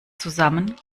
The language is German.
zusammen